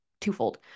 twofold